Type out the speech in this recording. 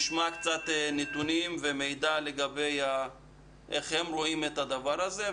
נשמע קצת נתונים ומידע איך הם רואים את הדבר הזה,